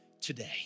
today